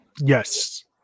Yes